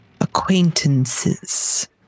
acquaintances